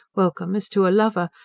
welcome as to a lover,